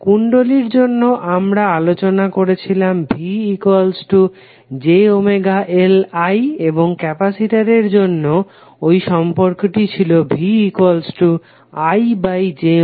কুণ্ডলীর জন্য আমরা আলোচনা করেছিলাম VjωLI এবং ক্যাপাসিটরের জন্য ঐ সম্পর্কটি ছিল VIjωC